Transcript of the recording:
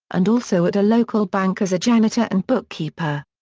and also at a local bank as a janitor and bookkeeper.